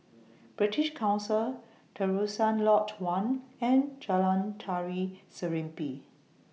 British Council Terusan Lodge one and Jalan Tari Serimpi